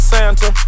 Santa